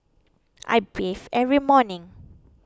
I breath every morning